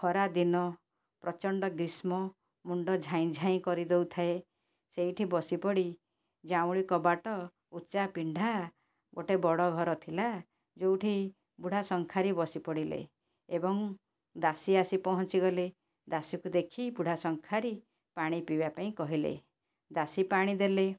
ଖରାଦିନ ପ୍ରଚଣ୍ଡ ଗ୍ରୀଷ୍ମ ମୁଣ୍ଡ ଝାଇଁ ଝାଇଁ କରିଦଉଥାଏ ସେଇଠି ବସିପଡ଼ି ଜାଉଁଳି କବାଟ ଉଚ୍ଚା ପିଣ୍ଡା ଗୋଟେ ବଡ଼ ଘରଥିଲା ଯୋଉଠି ବୁଢ଼ା ଶଙ୍ଖାରି ବସିପଡ଼ିଲେ ଏବଂ ଦାସୀ ଆସି ପହଞ୍ଚିଗଲେ ଦାସୀକୁ ଦେଖି ବୁଢ଼ା ଶଙ୍ଖାରି ପାଣି ପିଇବା ପାଇଁ କହିଲେ ଦାସୀ ପାଣି ଦେଲେ